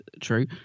true